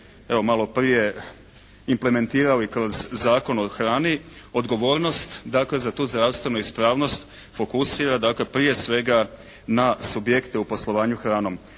malo prije implementirali kroz Zakon o hrani, odgovornost dakle za tu zdravstvenu ispravnost fokusira dakle prije svega na subjekte u poslovanju hranom.